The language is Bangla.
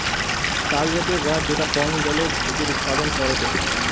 তালজাতীয় গাছ যেটা কম জলে খেজুর উৎপাদন করেটে